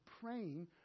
praying